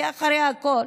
כי אחרי הכול,